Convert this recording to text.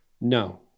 No